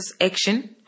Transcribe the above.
action